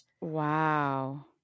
Wow